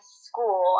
school